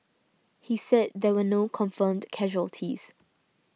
he said there were no confirmed casualties